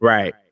Right